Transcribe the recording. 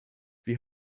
wir